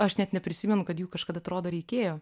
aš net neprisimenu kad jų kažkada atrodo reikėjo